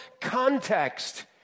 Context